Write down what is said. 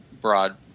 broad